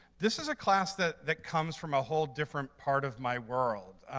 this is a class that that comes from a hole different part of my world.